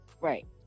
Right